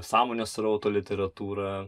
sąmonės srauto literatūrą